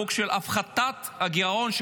חוק של הפחתת הגירעון,